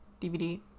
dvd